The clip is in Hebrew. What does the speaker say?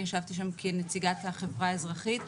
אני ישבתי שם כנציגת החברה האזרחית,